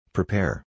Prepare